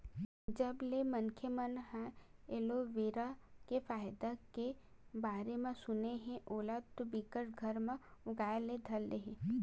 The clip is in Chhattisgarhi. जब ले मनखे मन ह एलोवेरा के फायदा के बारे म सुने हे ओला तो बिकट घर म उगाय ले धर ले हे